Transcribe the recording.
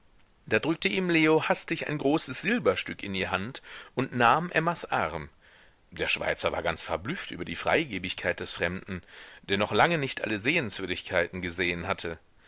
da drückte ihm leo hastig ein großes silberstück in die hand und nahm emmas arm der schweizer war ganz verblüfft über die freigebigkeit des fremden der noch lange nicht alle sehenswürdigkeiten gesehen hatte